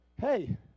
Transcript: Hey